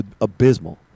abysmal